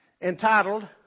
entitled